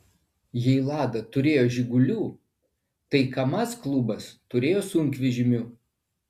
jei lada turėjo žigulių tai kamaz klubas turėjo sunkvežimių